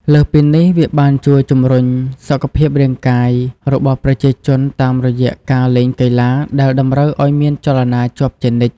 លើសពីនេះ វាបានជួយជំរុញ សុខភាពរាងកាយ របស់ប្រជាជនតាមរយៈការលេងកីឡាដែលតម្រូវឱ្យមានចលនាជាប់ជានិច្ច។